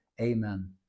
amen